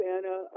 Anna